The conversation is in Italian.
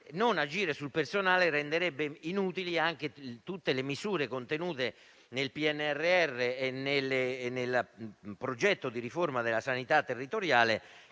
Non agire sul personale renderebbe inutili anche tutte le misure contenute nel PNRR e nel progetto di riforma della sanità territoriale,